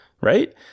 right